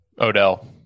Odell